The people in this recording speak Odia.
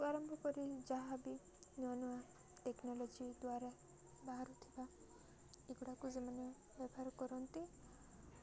ଆରମ୍ଭ କରି ଯାହା ବିି ନୂଆ ନୂଆ ଟେକ୍ନୋଲୋଜି ଦ୍ୱାରା ବାହାରୁଥିବା ଏଗୁଡ଼ାକୁ ସେମାନେ ବ୍ୟବହାର କରନ୍ତି